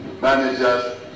managers